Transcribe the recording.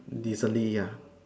recently ya